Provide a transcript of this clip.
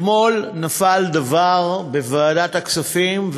אתמול נפל דבר בוועדת הכספים,